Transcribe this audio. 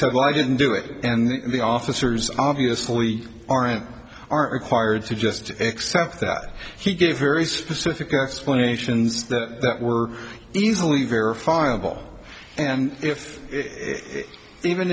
well i didn't do it and the officers obviously aren't aren't required to just accept that he gave very specific explanations that were easily verifiable and if even